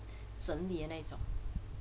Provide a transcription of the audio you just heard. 整理的那一种